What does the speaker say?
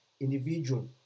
individual